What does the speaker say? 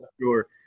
Sure